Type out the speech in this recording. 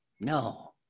No